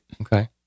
Okay